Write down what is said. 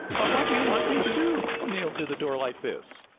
but what do you want me to do, nailed to the door like this?